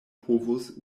povus